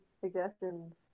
suggestions